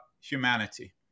humanity